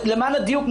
למען הדיוק,